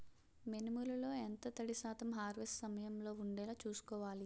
మినుములు లో ఎంత తడి శాతం హార్వెస్ట్ సమయంలో వుండేలా చుస్కోవాలి?